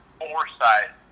foresight